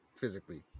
physically